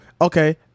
okay